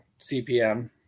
CPM